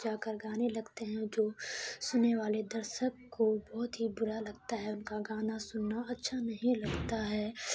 جا کر گانے لگتے ہیں جو سننے والے درشک کو بہت ہی برا لگتا ہے ان کا گانا سننا اچھا نہیں لگتا ہے